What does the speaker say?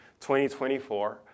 2024